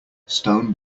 stone